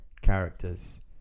Characters